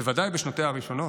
בוודאי בשנותיה הראשונות.